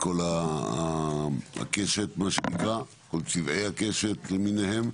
מכל הקשת מה שנקרא, מכל צבעי הקשת למיניהם,